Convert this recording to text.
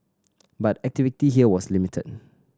but activity here was limited